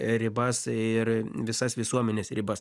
ribas ir visas visuomenės ribas